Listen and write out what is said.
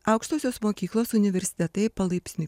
aukštosios mokyklos universitetai palaipsniui